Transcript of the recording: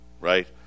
right